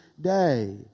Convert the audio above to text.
day